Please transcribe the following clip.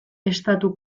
estatu